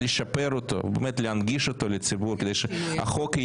להצעה, לאחר '80 חברי כנסת'